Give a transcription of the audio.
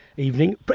Evening